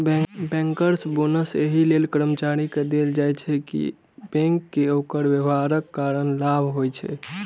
bankers bonus एहि लेल कर्मचारी कें देल जाइ छै, कि बैंक कें ओकर व्यवहारक कारण लाभ होइ छै